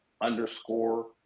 underscore